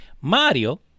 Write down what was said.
Mario